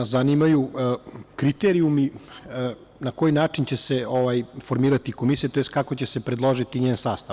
Pre svega, zanimaju me kriterijumi na koji način će se formirati komisija, tj. kako će se predložiti njen sastav.